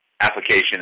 application